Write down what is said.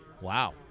wow